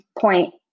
point